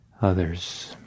others